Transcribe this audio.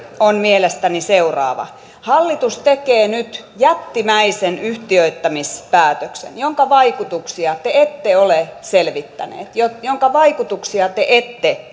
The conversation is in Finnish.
on mielestäni seuraava hallitus tekee nyt jättimäisen yhtiöittämispäätöksen jonka vaikutuksia te ette ole selvittäneet jonka vaikutuksia te ette